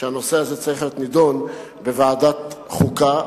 שהנושא הזה צריך להיות נדון בוועדת חוקה.